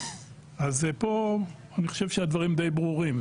פה אני חושב שהדברים די ברורים.